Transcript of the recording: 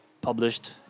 published